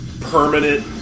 permanent